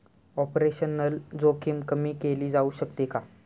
Operational जोखीम कमी केली जाऊ शकते का?